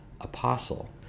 apostle